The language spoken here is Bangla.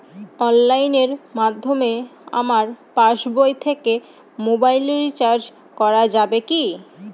অনলাইনের মাধ্যমে আমার পাসবই থেকে মোবাইল রিচার্জ করা যাবে কি?